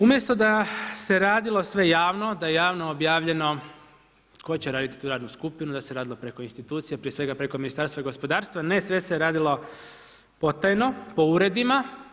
Umjesto da se radilo sve javno, da je javno objavljeno tko će raditi tu radnu skupinu da se radilo preko institucija, prije svega preko Ministarstva gospodarstva, ne sve se radilo potajno po uredima.